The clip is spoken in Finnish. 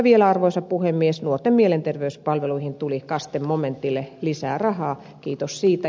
vielä arvoisa puhemies nuorten mielenterveyspalveluihin tuli kaste momentille lisää rahaa kiitos siitä